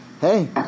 hey